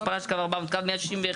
הכפלת של קו 400 וקו 161,